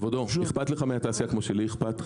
כבודו, אכפת לך מהתעשייה כמו שאכפת לנו.